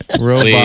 Robot